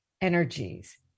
energies